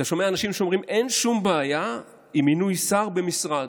אתה שומע אנשים שאומרים: אין שום בעיה עם מינוי שר במשרד,